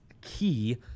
key